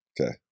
Okay